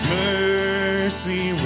mercy